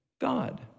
God